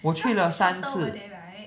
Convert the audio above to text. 我去了三次